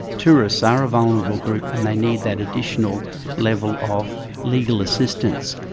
tourists are a vulnerable group and they need that additional level of legal assistance,